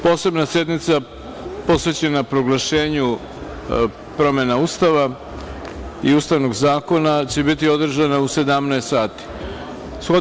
Posebna sednica posvećena proglašenju promena Ustava i Ustavnog zakona će biti održana u 17.00 časova.